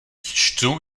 čtu